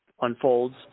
unfolds